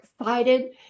excited